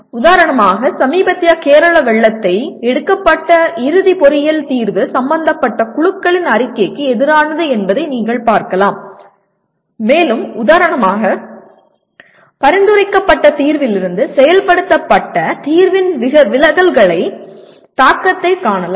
உதாரணமாக சமீபத்திய கேரள வெள்ளத்தையும் எடுக்கப்பட்ட இறுதி பொறியியல் தீர்வு சம்பந்தப்பட்ட குழுக்களின் அறிக்கைக்கு எதிரானது என்பதை நீங்கள் பார்க்கலாம் மேலும் உதாரணமாக பரிந்துரைக்கப்பட்ட தீர்விலிருந்து செயல்படுத்தப்பட்ட தீர்வின் விலகல்களின் தாக்கத்தை காணலாம்